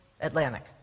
Atlantic